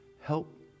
Help